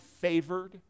favored